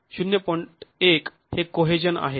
१ हे कोहेजन आहे